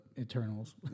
Eternals